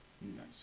Nice